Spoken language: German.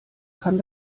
kann